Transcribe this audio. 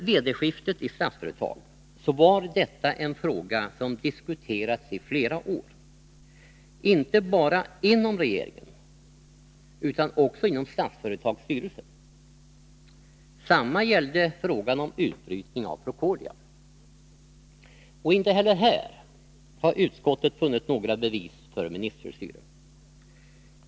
VD-skiftet i Statsföretag var en fråga som diskuterats i flera år, inte bara inom regeringen utan också inom Statsföretags styrelse. Detsamma gällde frågan om utbrytning av Procordia, Inte heller här har utskottet funnit några bevis för ministerstyre.